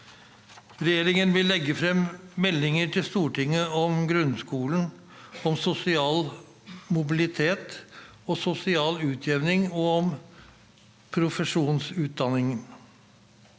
Regjeringen vil legge frem meldinger til Stortinget om grunnskolen, om sosial mobilitet og sosial utjevning og om profesjonsutdanningene.